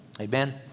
Amen